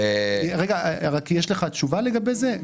יש לך תשובה לגבי זה?